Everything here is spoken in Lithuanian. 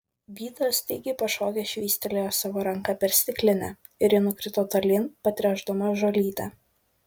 vytas staigiai pašokęs švystelėjo savo ranka per stiklinę ir ji nukrito tolyn patręšdama žolytę